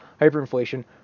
hyperinflation